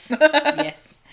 Yes